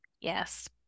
Yes